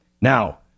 Now